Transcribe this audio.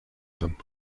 them